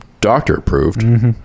doctor-approved